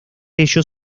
ello